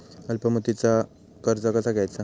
अल्प मुदतीचा कर्ज कसा घ्यायचा?